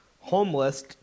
homeless